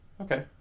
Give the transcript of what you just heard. Okay